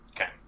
Okay